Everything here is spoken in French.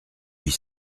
huit